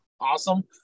Awesome